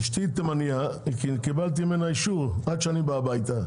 אשתי תמניה, קיבלתי ממנה אישור עד שאני בא הביתה.